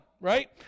Right